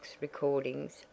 recordings